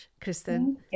Kristen